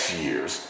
years